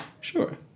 Sure